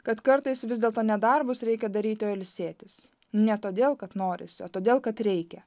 kad kartais vis dėlto ne darbus reikia daryti o ilsėtis ne todėl kad norisi o todėl kad reikia